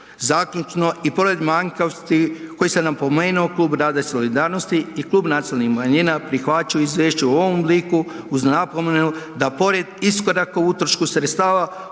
Zaključno, i pored manjkavosti koje sam napomenuo Klub rada i solidarnosti i Klub nacionalnih manjina prihvaćaju izvješće u ovom obliku uz napomenu da pored iskoraka o utrošku sredstava